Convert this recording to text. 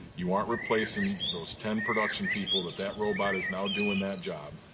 you aren't replacing those ten production people that that robot is now doing that job,